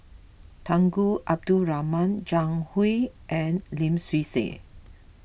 Tunku Abdul Rahman Zhang Hui and Lim Swee Say